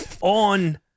on